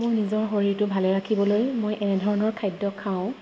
মোৰ নিজৰ শৰীৰটো ভালে ৰাখিবলৈ মই এনেধৰণৰ খাদ্য খাওঁ